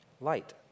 light